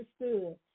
understood